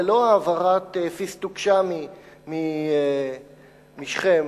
ולא העברת פיסטוק-שאמי משכם,